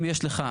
אם יש לך,